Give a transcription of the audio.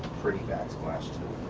pretty backsplash too.